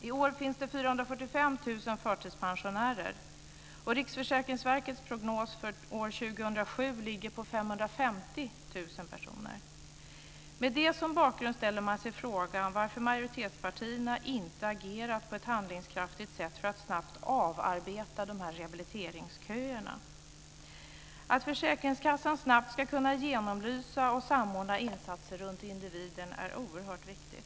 I år finns det 445 000 förtidspensionärer. Riksförsäkringsverkets prognos för år 2007 ligger på 550 000 personer. Med det som bakgrund ställer man sig frågan varför majoritetspartierna inte agerat på ett handlingskraftigt sätt för att snabbt avarbeta rehabiliteringsköerna. Att försäkringskassan snabbt ska kunna genomlysa och samordna insatserna runt individen är oerhört viktigt.